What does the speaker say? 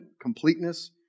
completeness